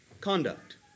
conduct